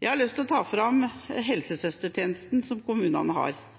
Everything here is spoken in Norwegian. Jeg har lyst til å trekke fram